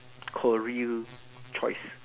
career choice